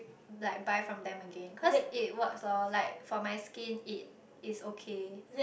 like buy from them again cause it works loh like for my skin it is okay